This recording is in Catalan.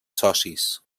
socis